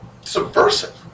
subversive